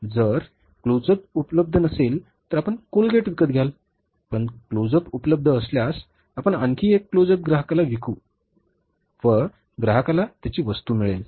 जर क्लोजअप उपलब्ध नसेल तर आपण कोलगेट विकत घ्याल पण क्लोजअप उपलब्ध असल्यास आपण आणखी एक क्लोजअप ग्राहकाला विकू व ग्राहकांला त्याची वस्तू मिळेल